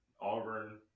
Auburn